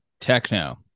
Techno